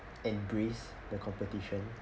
embrace the competition